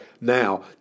now